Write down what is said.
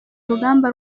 urugamba